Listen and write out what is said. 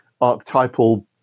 archetypal